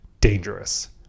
dangerous